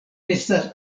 estas